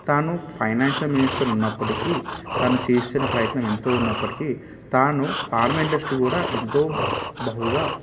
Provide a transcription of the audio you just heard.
తాను financial minister ఉన్నప్పటికి తను చేసిన ప్రయత్నం ఎంతో ఉన్నప్పటికి తాను ఫార్మా ఇండస్ట్రీ కూడా ఎంతో బహుగా